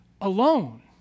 alone